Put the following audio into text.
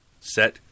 set